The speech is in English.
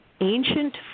ancient